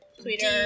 Twitter